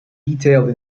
detailed